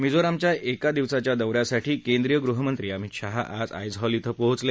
मिझोरमच्या एक दिवसाच्या दौ यासाठी केंद्रीय गृहमंत्री अमित शहा आज आयझॉल इथं पोहोचले